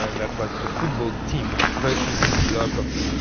ah that was the football team pushing this block of,